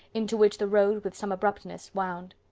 into which the road with some abruptness wound.